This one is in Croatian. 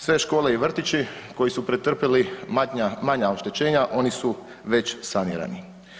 Sve škole i vrtići koji su pretrpjeli manja oštećenja oni su već sanirani.